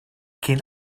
cyn